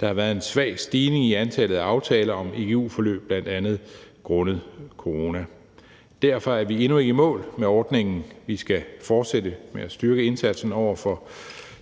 Der har været en svag stigning i antallet af aftaler om igu-forløb bl.a. grundet corona. Derfor er vi endnu ikke i mål med ordningen. Vi skal fortsætte med at styrke indsatsen over for